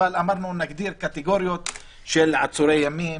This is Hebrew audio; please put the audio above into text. אבל אמרנו שנגדיר קטגוריות של עצורי ימים,